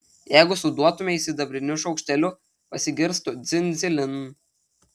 jeigu suduotumei sidabriniu šaukšteliu pasigirstų dzin dzilin